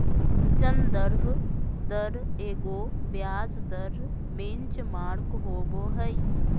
संदर्भ दर एगो ब्याज दर बेंचमार्क होबो हइ